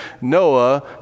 Noah